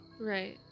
Right